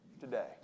today